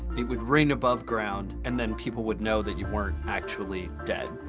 it would ring above ground, and then people would know that you weren't actually dead.